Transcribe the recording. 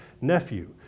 nephew